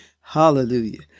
hallelujah